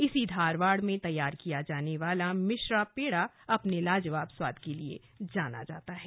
इसी धारवाड़ में तैयार किया जाने वाला मिश्रा पेड़ा अपने लाजवाब स्वाद के लिए जाना जाता है